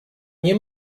nie